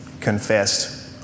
confessed